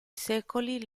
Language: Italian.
secoli